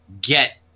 get